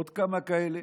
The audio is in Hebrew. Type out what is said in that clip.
עוד כמה כאלה,